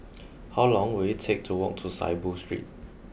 how long will it take to walk to Saiboo Street